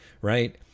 right